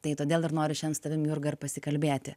tai todėl ir noriu šiandien sutavim jurga ir pasikalbėti